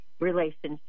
Relationship